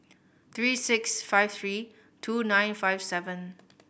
three six five three two nine five seven